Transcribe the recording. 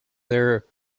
their